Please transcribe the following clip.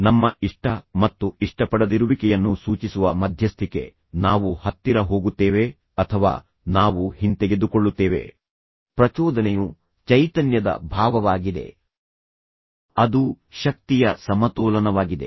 ನಮ್ಮ ಇಷ್ಟ ಮತ್ತು ಇಷ್ಟಪಡದಿರುವಿಕೆಯನ್ನು ಸೂಚಿಸುವ ಮಧ್ಯಸ್ಥಿಕೆ ನಾವು ಹತ್ತಿರ ಹೋಗುತ್ತೇವೆ ಅಥವಾ ನಾವು ಹಿಂತೆಗೆದುಕೊಳ್ಳುತ್ತೇವೆ ಪ್ರಚೋದನೆಯು ಚೈತನ್ಯದ ಭಾವವಾಗಿದೆ ಅದು ಶಕ್ತಿಯ ಸಮತೋಲನವಾಗಿದೆ